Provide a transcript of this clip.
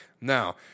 Now